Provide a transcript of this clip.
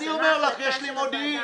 אני אומר לך, יש לי מודיעין.